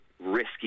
risky